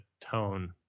tone